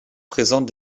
présentent